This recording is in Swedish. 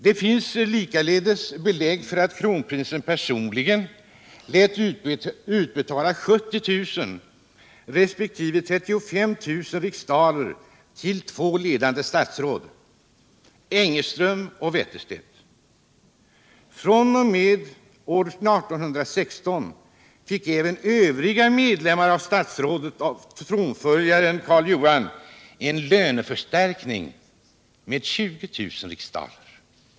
Det finns likaledes belägg för att kronprinsen personligen lät utbetala 70000 resp. 35000 till två ledande statsråd, 161 Engeström och Wetterstedt. fr.o.m. 1816 fick även övriga medlemmar av statsrådet av tronföljaren Karl Johan en ”löneförstärkning” med 20 000 riksdaler.